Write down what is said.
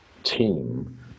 team